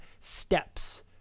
steps